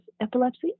epilepsy